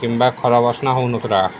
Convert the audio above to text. କିମ୍ବା ଖରା ବସ୍ନା ହଉନଥିଲା